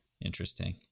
interesting